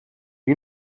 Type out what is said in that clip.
you